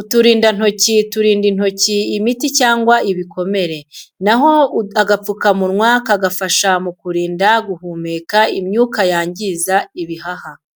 uturindantoki turinda intoki imiti cyangwa ibikomere, na ho agapfukamunwa kagafasha mu kurinda guhumeka imyuka yangiza ibihaha.